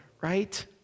right